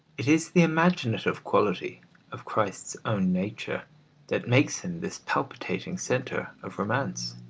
it is the imaginative quality of christ's own nature that makes him this palpitating centre of romance.